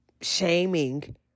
shaming